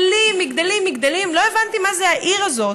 מגדלים, מגדלים, מגדלים לא הבנתי מה זה העיר הזאת.